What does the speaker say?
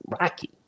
Rocky